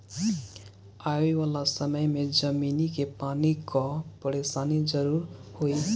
आवे वाला समय में जमीनी के पानी कअ परेशानी जरूर होई